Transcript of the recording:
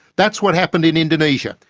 that's what happened in indonesia.